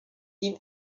seen